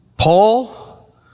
Paul